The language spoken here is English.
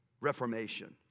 reformation